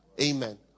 Amen